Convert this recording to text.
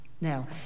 Now